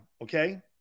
okay